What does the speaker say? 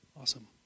Awesome